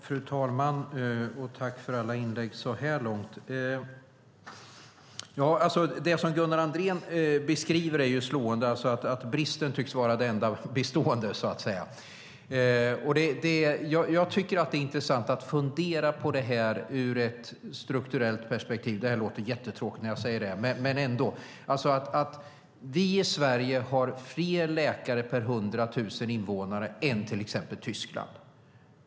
Fru talman! Tack för alla inlägg så här långt! Det Gunnar Andrén beskriver är slående, alltså att bristen så att säga tycks vara det enda bestående. Det är intressant att fundera på detta ur ett strukturellt perspektiv - det låter jättetråkigt när jag säger det, men jag gör det ändå. Vi i Sverige har fler läkare per 100 000 invånare än till exempel Tyskland.